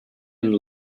and